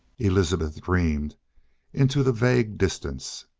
elizabeth dreamed into the vague distance.